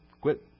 quit